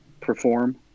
perform